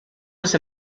was